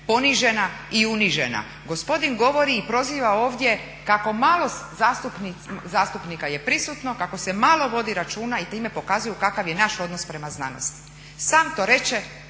ponižena i unižena. Gospodin govori i proziva ovdje kako malo zastupnika je prisutno, kako se malo vodi računa i time pokazuju kakav je naš odnos prema znanosti. Sam to reče